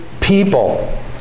people